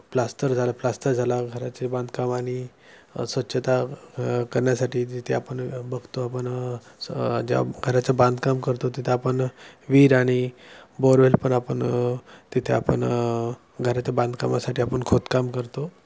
plaster झालं plaster झाला घराचे बांधकाम आणि स्वच्छता करण्यासाठी तिथे आपण बघतो आपण जेव्हा घराचं बांधकाम करतो तिथं आपण विहीर आणि बोरवेल पण आपण तिथे आपण घराच्या बांधकामासाठी आपण खोदकाम करतो